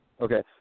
Okay